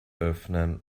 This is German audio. öffnen